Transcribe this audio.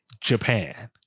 Japan